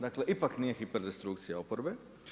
Dakle, ipak nije hiperdestrukcija oporbe.